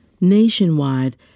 Nationwide